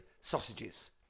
sausages